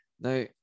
Now